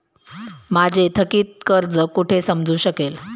माझे थकीत कर्ज कुठे समजू शकेल?